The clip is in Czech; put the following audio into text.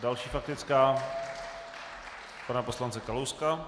Další faktická pana poslance Kalouska.